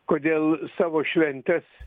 kodėl savo šventes